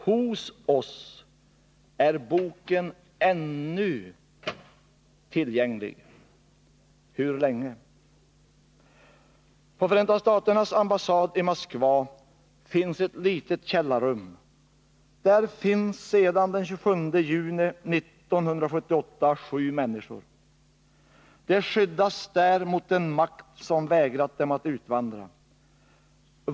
Hos oss är Boken ännu tillgänglig. Hur länge? På USA:s ambassad i Moskva finns ett litet källarrum. Där finns sedan den 27 juni 1978 sju människor. De skyddas där mot den makt som vägrat dem att utvandra.